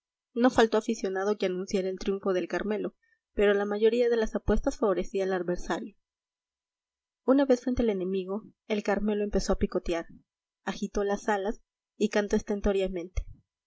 no faltó aficionado que anunciara el triunfo del carmelo pero la mayoría de las apuestas favorecía al adversario una vez frente al enemigo el carmelo empezó a picotear agitó las alas y cantó estentóreamente